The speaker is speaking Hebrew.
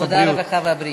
עבודה, רווחה ובריאות.